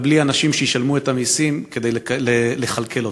בלי אנשים שישלמו את המסים כדי לכלכל אותו.